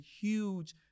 huge